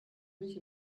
milch